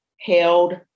held